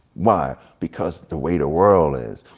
why? because, the way the world is.